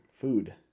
food